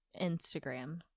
Instagram